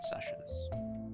Sessions